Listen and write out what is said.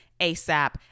ASAP